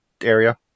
area